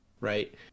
right